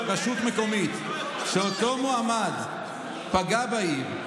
רשות מקומית שאותו מועמד פגע בעיר,